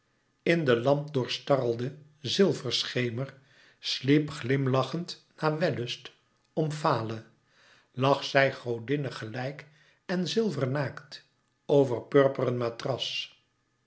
in den lamp doorstarrelden zilverschemer sliep glimlachend na wellust omfale lag zij godinne gelijk en zilvernaakt over purperen matras